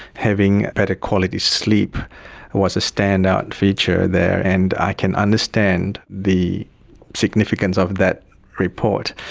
having better quality sleep was a standout feature there. and i can understand the significance of that report.